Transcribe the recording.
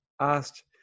asked